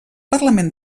parlament